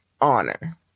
honor